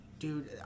Dude